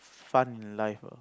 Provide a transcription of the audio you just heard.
fun in life ah